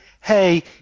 hey